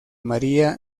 maría